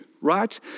right